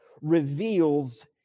reveals